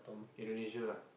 Indonesia lah